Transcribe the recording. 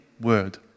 word